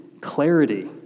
clarity